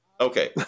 Okay